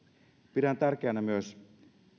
pidän tärkeänä myös